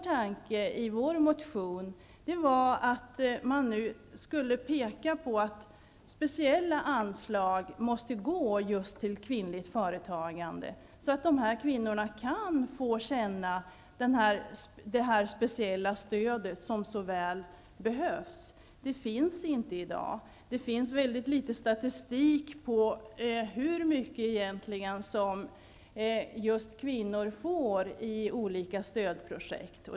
Tanken i vår motion var att man nu skulle peka på att speciella anslag måste utgå till just kvinnligt företagande, så att dessa kvinnor kan få känna detta speciella stöd som så väl behövs. Det finns inte i dag. Det finns väldigt litet statistik på hur mycket kvinnor får i olika stödprojekt.